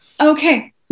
okay